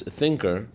thinker